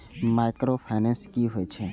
Micro finance कि होई छै?